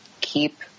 Keep